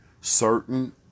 certain